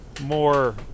more